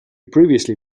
previously